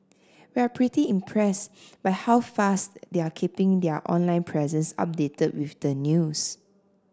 we're pretty impressed by how fast they're keeping their online presence updated with the news